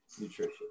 nutrition